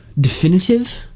definitive